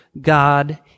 God